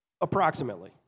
Approximately